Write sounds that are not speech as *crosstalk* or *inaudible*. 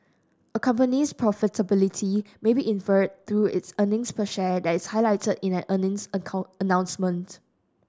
a company's profitability may be inferred through it's earnings per share that is highlighted in an earnings *unintelligible* announcement